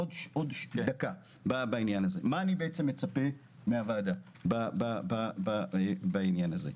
מה אני מצפה מן הוועדה בעניין הזה?